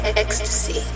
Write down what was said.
ecstasy